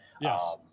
Yes